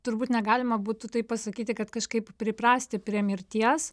turbūt negalima būtų taip pasakyti kad kažkaip priprasti prie mirties